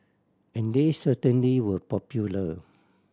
and they certainly were popular